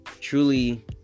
truly